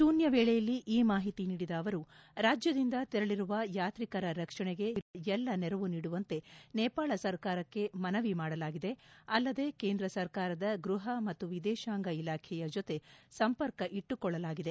ಶೂನ್ಯ ವೇಳೆಯಲ್ಲಿ ಈ ಮಾಹಿತಿ ನೀಡಿದ ಅವರು ರಾಜ್ಯದಿಂದ ತೆರಳರುವ ಯಾತ್ರಿಕರ ರಕ್ಷಣೆಗೆ ಸಾಧ್ಯವಿರುವ ಎಲ್ಲ ನೆರವು ನೀಡುವಂತೆ ನೇಪಾಳ ಸರ್ಕಾರಕ್ಷೆ ಮನವಿ ಮಾಡಲಾಗಿದೆ ಅಲ್ಲದೆ ಕೇಂದ್ರ ಸರ್ಕಾರದ ಗೃಪ ಮತ್ತು ವಿದೇಶಾಂಗ ಇಲಾಖೆಯ ಜೊತೆ ಸಂಪರ್ಕ ಇಟ್ಲುಕೊಳ್ಳಲಾಗಿದೆ